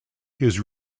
his